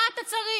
מה אתה צריך?